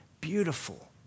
Beautiful